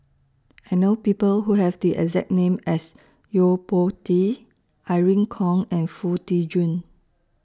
I know People Who Have The exact name as Yo Po Tee Irene Khong and Foo Tee Jun